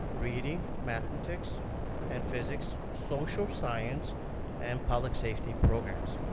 reading, mathematics and physics, social science and public safety programs.